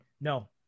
no